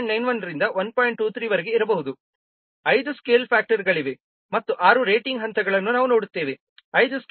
23 ರವರೆಗೆ ಇರಬಹುದು ಐದು ಸ್ಕೇಲ್ ಫ್ಯಾಕ್ಟರ್ಗಳಿವೆ ಮತ್ತು ಆರು ರೇಟಿಂಗ್ ಹಂತಗಳನ್ನು ನಾವು ನೋಡುತ್ತೇವೆ